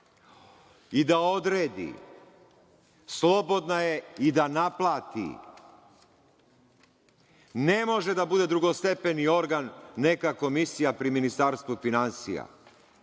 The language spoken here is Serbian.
i da odredi, slobodna je i da naplati. Ne može da bude drugostepeni organ neka komisija pri Ministarstvu finansija.